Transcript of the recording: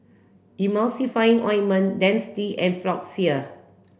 Emulsying Ointment Dentiste and Floxia